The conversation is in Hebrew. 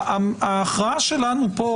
ההכרעה שלנו פה,